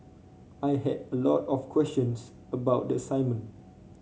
I had a lot of questions about the assignment